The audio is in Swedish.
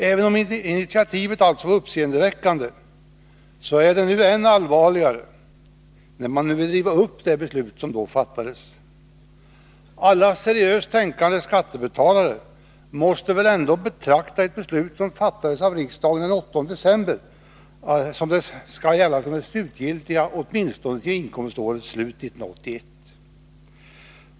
Även om initiativet var uppseendeväckande, är det än allvarligare att man nu vill riva upp det beslut som då fattades. Alla seriöst tänkande skattebetalare måste väl ändå betrakta ett beslut som fattades av riksdagen den 8 december som det slutgiltiga, åtminstone för inkomståret 1981.